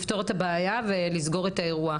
הבעיה ולסגור את האירוע.